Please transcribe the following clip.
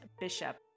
Bishop